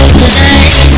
tonight